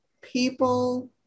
people